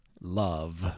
love